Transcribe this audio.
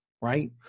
right